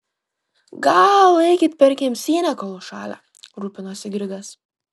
gal eikit per kemsynę kol užšalę rūpinosi grigas